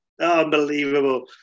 unbelievable